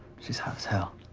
she's hot as hell.